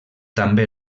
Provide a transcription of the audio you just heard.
també